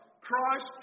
Christ